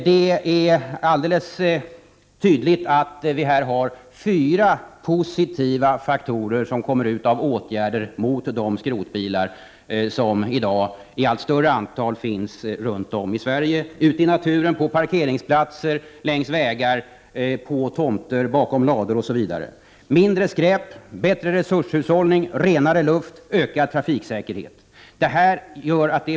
Det är alldeles tydligt att det finns fyra positiva faktorer som uppnås av åtgärder mot de skrotbilar som i dag i allt större antal finns runt om i Sverige ute i naturen, på parkeringsplatser, längs vägar, på tomter, bakom lador, osv. Mindre skräp, bättre resurshushållning, renare luft och ökad trafiksäkerhet är alltså fyra positiva faktorer.